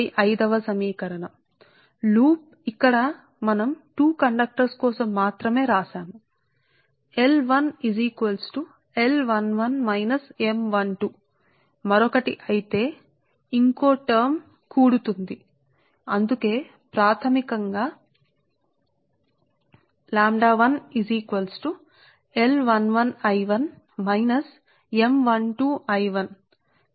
కాబట్టి సాధారణంగా ఈ 1కు బదులుగా i మనం i వ కండక్టర్ కోసం వ్రాయవచ్చు i is equal to Li i పెద్ద L ప్రత్యయం i i అనగా Li i ఇంటూ Iiప్లస్ j ఈక్వల్ టూ ఒకటి నుండి n వరకు మరియు j not equal to i sigma లో Mi jఇంటూ Ijఅనగా 1 Li i Ii j ≠0 ji n Mi jIj ఇది కండక్టర్ i యొక్క ఫ్లక్స్ లింకేజీ కి సాధారణీకరించిన సూత్రం